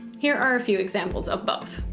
here are a few examples of both.